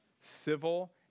civil